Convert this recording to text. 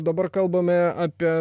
dabar kalbame apie